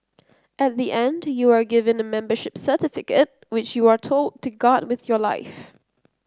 at the end you are given a membership certificate which you are told to guard with your life